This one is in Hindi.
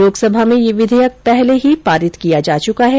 लोकसभा में यह विधेयक पहले ही पारित किया जा चुका हैं